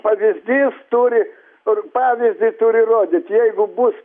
pavyzdys turi kur pavyzdį turi rodyt jeigu bus